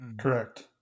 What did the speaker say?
Correct